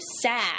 sad